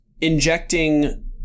injecting